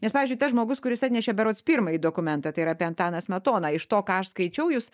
nes pavyzdžiui tas žmogus kuris atnešė berods pirmąjį dokumentą tai yra apie antaną smetoną iš to ką aš skaičiau jūs